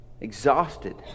exhausted